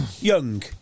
Young